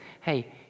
Hey